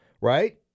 right